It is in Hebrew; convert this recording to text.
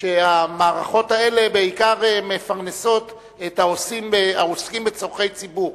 שהמערכות האלה בעיקר מפרנסות את העושים העוסקים בצורכי ציבור.